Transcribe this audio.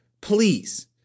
please